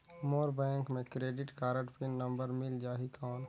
मोर bank मे credit card PIN number मिल जाहि कौन?